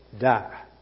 die